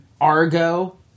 Argo